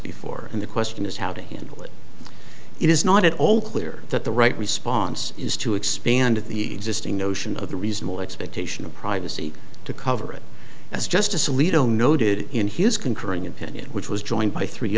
before and the question is how to handle it it is not at all clear that the right response is to expand the system notion of the reasonable expectation of privacy to cover it as justice alito noted in his concurring opinion which was joined by three